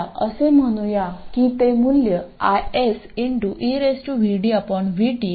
आता असे म्हणूया की ते मूल्य IS आहे